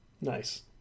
nice